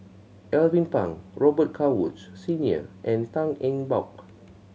Alvin Pang Robet Carr Woods Senior and Tan Eng Bock